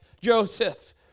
Joseph